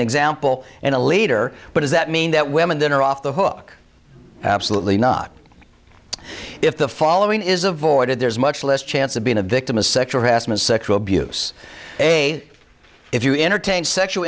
example in a leader but does that mean that women don't are off the hook absolutely not if the following is avoided there's much less chance of being a victim of sexual harassment sexual abuse a if you entertain sexual